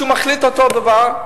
שהחליט אותו דבר?